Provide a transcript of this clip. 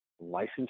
license